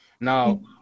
now